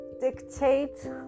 Dictate